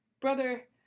Brother